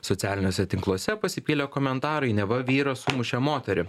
socialiniuose tinkluose pasipylė komentarai neva vyras sumušė moterį